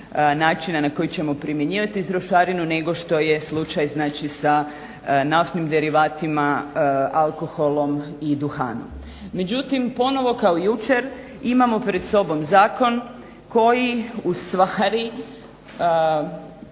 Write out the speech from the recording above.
na koji ćemo primjenjivati trošarinu nego što je slučaj sa naftnim derivatima, alkoholom i duhanom. Međutim ponovno kao jučer imamo pred sobom zakon koji ustvari